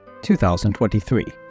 2023